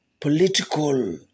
Political